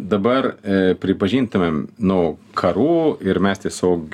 dabar pripažintumėm nu karu ir mes tiesiog